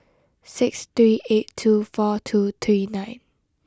six three eight two four two three nine